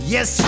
Yes